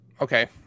Okay